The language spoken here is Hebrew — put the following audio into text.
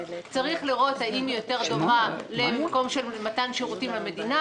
צריך לראות אם היא יותר דומה למקום של מתן שירותים למדינה,